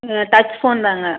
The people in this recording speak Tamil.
ஆ டச் ஃபோன்தாங்க